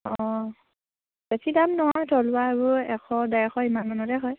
অঁ বেছি দাম নহয় থলুৱাবোৰ এশ ডেৰশ ইমান মানতে হয়